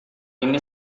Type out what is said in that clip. ini